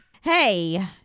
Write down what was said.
Hey